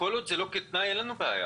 כל עוד זה לא תנאי אין לנו בעיה,